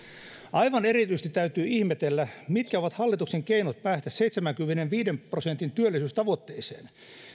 aivan erityisesti täytyy ihmetellä mitkä ovat hallituksen keinot päästä seitsemänkymmenenviiden prosentin työllisyystavoitteeseen